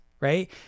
right